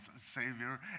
Savior